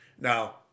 Now